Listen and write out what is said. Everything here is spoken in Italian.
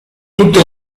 tutte